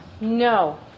No